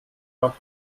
warf